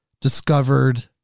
discovered